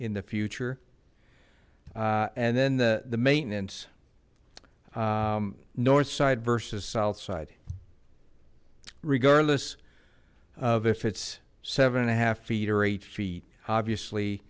in the future and then the the maintenance north side versus south side regardless of if it's seven and a half feet or eight feet obvious